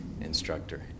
instructor